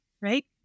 Right